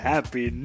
Happy